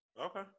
Okay